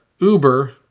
Uber